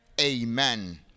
Amen